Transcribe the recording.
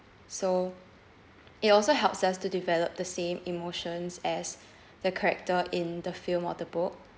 so it also helps us to develop the same emotions as the character in the film or the book